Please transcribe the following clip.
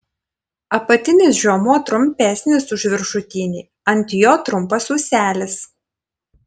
apatinis žiomuo trumpesnis už viršutinį ant jo trumpas ūselis